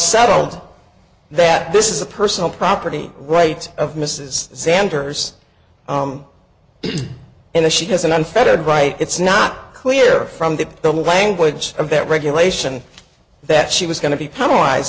settled that this is a personal property rights of mrs sanders and a she has an unfettered right it's not clear from the the language of that regulation that she was going to be penalize